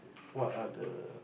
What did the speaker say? what are the